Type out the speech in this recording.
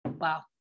Wow